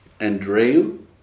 Andreu